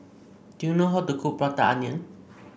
do you know how to cook Prata Onion